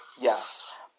Yes